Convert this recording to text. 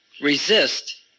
resist